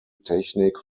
technik